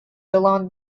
jalan